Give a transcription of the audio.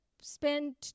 spend